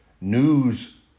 news